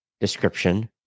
description